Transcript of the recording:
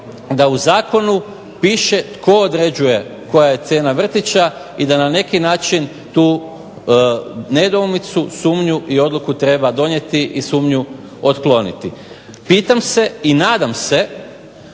da u Zakonu piše tko određuje koja je cijena vrtića i da na neki način tu nedoumicu, sumnju, odluku treba donijeti i sumnju otkloniti. Pitam se i nadam se